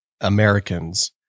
Americans